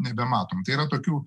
nebematom tai yra tokių